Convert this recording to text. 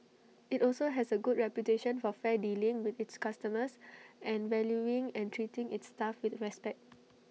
IT also has A good reputation for fair dealing with its customers and valuing and treating its staff with respect